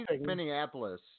Minneapolis